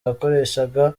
yakoreshaga